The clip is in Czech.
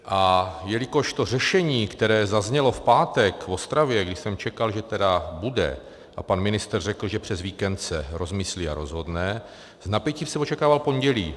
A jelikož to řešení, které zaznělo v pátek v Ostravě, když jsem čekal, že tedy bude, a pan ministr řekl, že se přes víkend rozmyslí a rozhodne, s napětím jsem očekával pondělí.